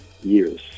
years